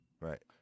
Right